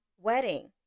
wedding